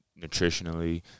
nutritionally